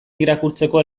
irakurtzeko